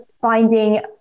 finding